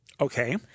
Okay